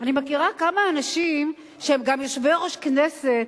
אני מכירה כמה אנשים שהם גם יושבי-ראש כנסת,